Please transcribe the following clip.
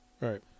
Right